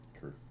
True